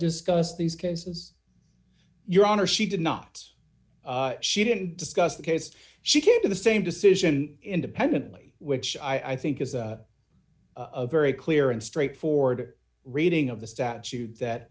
discuss these cases your honor she did not she didn't discuss the case she came to the same decision independently which i think is a very clear and straightforward reading of the statute that